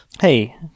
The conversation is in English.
Hey